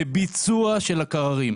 בביצוע של הקררים.